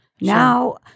Now